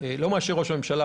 לא מאשר ראש הממשלה.